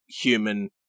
human